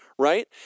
right